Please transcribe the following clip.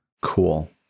cool